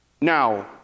Now